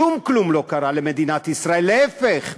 שום כלום לא קרה למדינת ישראל, להפך.